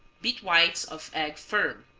beat whites of egg firm.